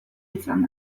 izan